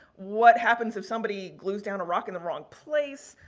what happens if somebody glues down a rock in the wrong place?